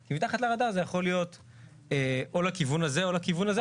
כי מתחת לרדאר זה יכול להיות או לכיוון הזה או לכיוון הזה.